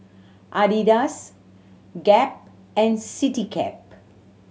Adidas Gap and Citycab